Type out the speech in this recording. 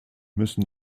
müssen